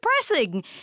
depressing